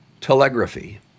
telegraphy